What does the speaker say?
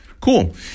cool